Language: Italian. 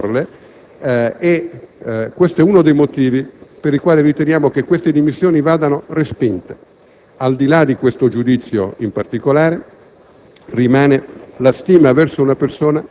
con cui il presidente Cossiga ha tentato di porle. Questo è uno dei motivi per i quali riteniamo che le dimissioni vadano respinte. Al di là di questo giudizio in particolare,